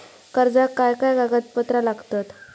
कर्जाक काय काय कागदपत्रा लागतत?